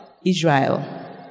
Israel